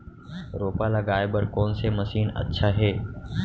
रोपा लगाय बर कोन से मशीन अच्छा हे?